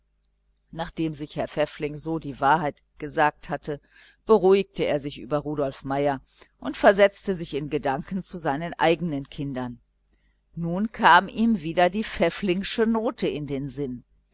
nachdem sich herr pfäffling so die wahrheit gesagt hatte beruhigte er sich über rudolf meier und versetzte sich in gedanken zu seinen eigenen kindern nun kam ihm wieder die pfäfflingsche note in den sinn